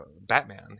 Batman